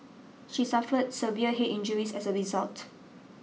she suffered severe head injuries as a result